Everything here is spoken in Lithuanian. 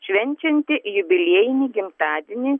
švenčiantį jubiliejinį gimtadienį